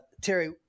Terry